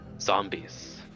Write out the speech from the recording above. zombies